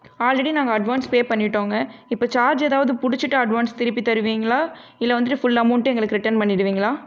already நாங்கள் advance pay பண்ணிட்டோங்க இப்போ சார்ஜ் எதாவது பிடிச்சிட்டு அட்வான்ஸ் திருப்பி தருவிங்களா இல்லை ஃபுல் அமௌன்ட்டும் எங்களுக்கு ரிட்டன் பண்ணிடுவிங்களா